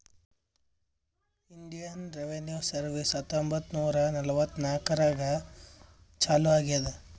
Indian revenue service ಹತ್ತೊಂಬತ್ತ್ ನೂರಾ ನಲ್ವತ್ನಾಕನಾಗ್ ಚಾಲೂ ಆಗ್ಯಾದ್